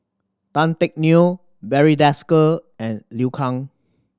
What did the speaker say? Tan Teck Neo Barry Desker and Liu Kang